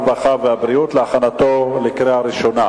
הרווחה והבריאות להכנתה לקריאה ראשונה.